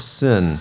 sin